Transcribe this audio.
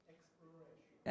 Exploration